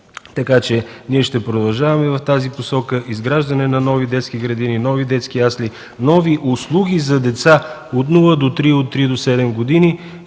Така че ние ще продължаваме в тази посока – изграждане на нови детски градини, нови детски ясли, нови услуги за деца от 0 до 3 и от 3 до 7 години,